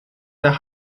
der